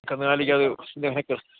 കന്നുകാലിക്കത്